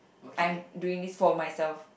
I'm doing this for myself